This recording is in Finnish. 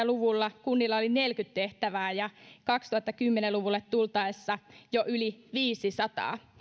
luvulla kunnilla oli neljäkymmentä tehtävää ja kaksituhattakymmenen luvulle tultaessa jo yli viisisataa